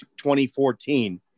2014